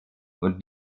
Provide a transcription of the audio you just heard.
und